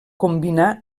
combinà